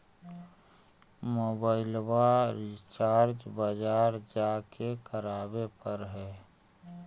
मोबाइलवा रिचार्ज बजार जा के करावे पर है?